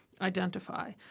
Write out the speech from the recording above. identify